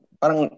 parang